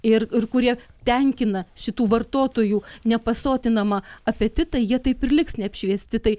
ir kurie tenkina šitų vartotojų nepasotinamą apetitą jie taip ir liks neapšviesti tai